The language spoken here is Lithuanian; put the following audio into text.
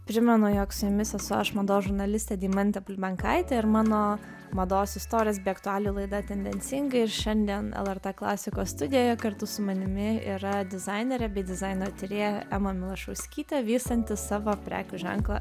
primenu jog su jumis aš mados žurnalistė deimantė bulbenkaitė ir mano mados istorijos bei aktualijų laida tendencingai šiandien lrt klasikos studijoje kartu su manimi yra dizainerė bei dizaino tyrėja ema milašauskytė vystanti savo prekių ženklą